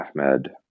Ahmed